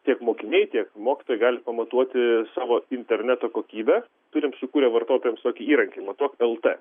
tiek mokiniai tiek mokytojai gali pamatuoti savo interneto kokybę turim sukūrę vartotojams tokį įrankį matuok lt